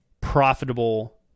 profitable